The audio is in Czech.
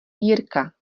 jirka